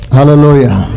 Hallelujah